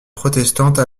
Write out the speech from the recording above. protestantes